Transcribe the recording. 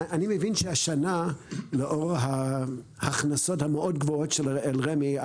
אני מבין שהשנה לאור ההכנסות הגבוהות מאוד של רמ"י,